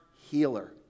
healer